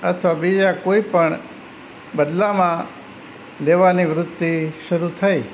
અથવા બીજા કોઈપણ બદલામાં લેવાની વૃત્તિ શરૂ થઈ